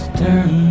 turn